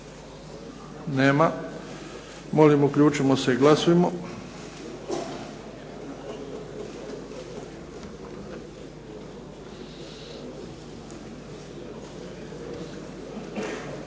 Nema. Molim uključimo se i glasujmo.